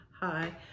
Hi